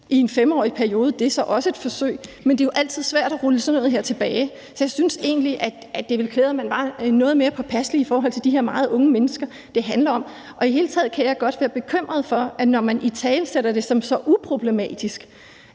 fri i en 5-årig periode. Det er så også et forsøg, men det er jo altid svært at rulle sådan noget her tilbage. Så jeg synes egentlig, det ville være klædeligt, at man var noget mere påpasselig i forhold til de her unge mennesker, det handler om. I det hele taget kan jeg godt være bekymret for, at man, når man italesætter det som så uproblematisk,